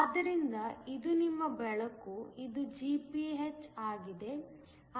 ಆದ್ದರಿಂದ ಇದು ನಿಮ್ಮ ಬೆಳಕು ಇದು Gph ಆಗಿದೆ